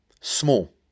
small